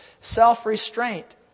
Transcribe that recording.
self-restraint